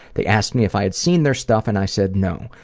they asked me if i had seen their stuff, and i said no.